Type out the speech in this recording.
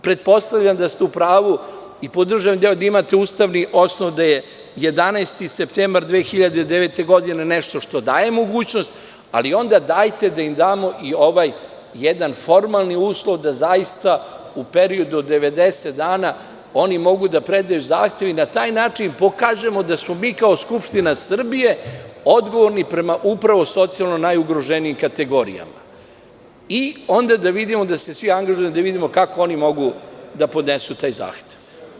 Pretpostavljam da ste u pravu i podržavam deo gde imate ustavni osnov da je 11. septembar 2009. godine nešto što daje mogućnost, ali onda dajte da im damo i ovaj jedan formalni uslov, da zaista u periodu od 90 dana oni mogu da predaju zahtev i da na taj način pokažemo da smo mi kao Skupština Srbije odgovorni upravo prema socijalno najugroženijim kategorijama i onda da se svi angažujemo i da vidimo kako oni mogu da podnesu taj zahtev.